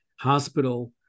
hospital